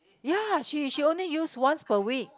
ya she she only use once per week